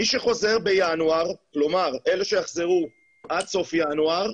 מי שחוזר בינואר, כלומר אלה שיחזרו עד סוף ינואר,